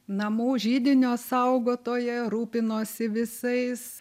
namų židinio saugotoja rūpinosi visais